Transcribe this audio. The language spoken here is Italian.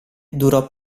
durò